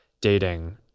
dating